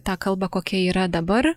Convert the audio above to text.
tą kalbą kokia yra dabar